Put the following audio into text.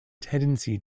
tendency